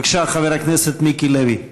בבקשה, חבר הכנסת מיקי לוי.